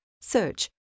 search